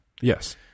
Yes